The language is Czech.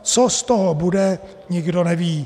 Co z toho bude, nikdo neví.